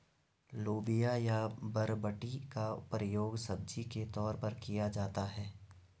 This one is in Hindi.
लोबिया या बरबटी का प्रयोग सब्जी के तौर पर किया जाता है